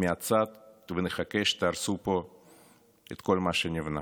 מהצד ונחכה שתהרסו פה את כל מה שנבנה.